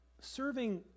serving